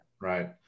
right